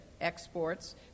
exports